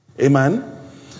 Amen